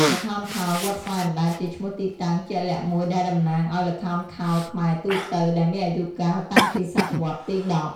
ល្ខោនខោល វត្តស្វាយអណ្ដែតជាឈ្មោះទីតាំងជាក់លាក់មួយដែលតំណាងឱ្យល្ខោនខោលខ្មែរទូទៅ ដែលមានអាយុកាលតាំងពីសតវត្សរ៍ទី១០។